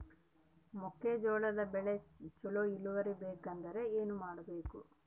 ಮೆಕ್ಕೆಜೋಳದ ಬೆಳೆ ಚೊಲೊ ಇಳುವರಿ ಬರಬೇಕಂದ್ರೆ ಏನು ಮಾಡಬೇಕು?